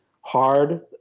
hard